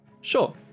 Sure